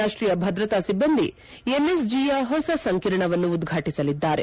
ರಾಷ್ವೀಯ ಭದ್ರತಾ ಸಿಬ್ಬಂದಿ ಎನ್ಎಸ್ಜಿಯ ಹೊಸ ಸಂಕೀರ್ಣವನ್ನು ಉದ್ಘಾಟಿಸಲಿದ್ದಾರೆ